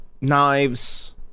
knives